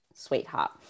sweetheart